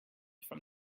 from